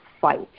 fight